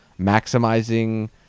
maximizing